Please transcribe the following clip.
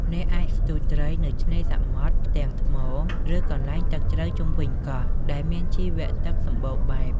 អ្នកអាចស្ទូចត្រីនៅឆ្នេរសមុទ្រ ផ្ទាំងថ្ម ឬកន្លែងទឹកជ្រៅជុំវិញកោះ ដែលមានជីវៈទឹកសម្បូរបែប។